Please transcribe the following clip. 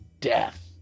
death